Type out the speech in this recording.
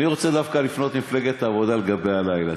אני רוצה דווקא לפנות למפלגת העבודה לגבי הלילה.